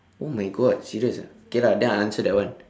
oh my god serious ah K lah then I answer that one